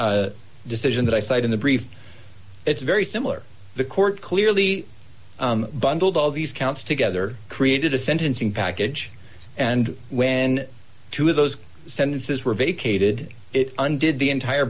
mild decision that i cite in the brief it's very similar the court clearly bundled all these counts together created a sentencing package and when two of those sentences were vacated it undid the entire